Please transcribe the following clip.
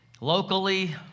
locally